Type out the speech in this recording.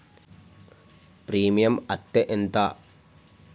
Premium అత్తే ఎంత?